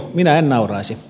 minä en nauraisi